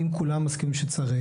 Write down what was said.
אם כולם מסכימים שצריך,